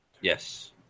Yes